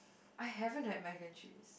I haven't had Mac and Cheese